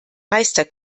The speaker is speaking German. meister